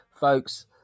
Folks